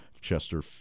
Chester